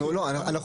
אנחנו לא חלוקים.